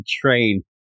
train